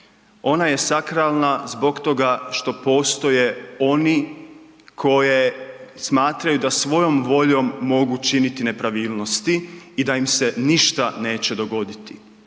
Ona je sakralna zbog toga što postoje oni koje smatraju da svojom voljom mogu činiti nepravilnosti i da im se ništa neće dogoditi.